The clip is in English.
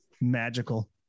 Magical